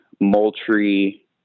Moultrie